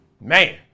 Man